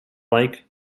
like